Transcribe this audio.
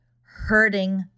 hurting